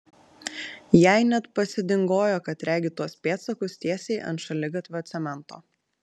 jai net pasidingojo kad regi tuos pėdsakus tiesiai ant šaligatvio cemento